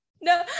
No